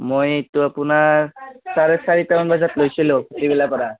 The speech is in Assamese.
মইতো আপোনাৰ চাৰে চাৰিটামান বজাত লৈছিলোঁ পৰা